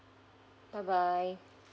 bye bye